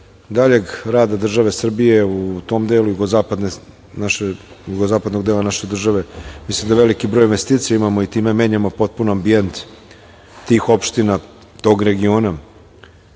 daljeg rada države Srbije u tom delu jugozapadnog dela naše države, mislim da veliki broj investicija imamo i time menjamo potpuno ambijent tih opština tog regiona